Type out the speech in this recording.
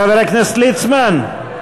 חבר הכנסת ליצמן,